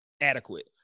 adequate